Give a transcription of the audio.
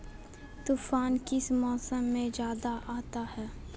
तूफ़ान किस मौसम में ज्यादा आता है?